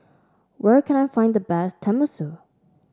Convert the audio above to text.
where can I find the best Tenmusu